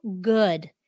good